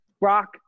rock